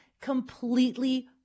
completely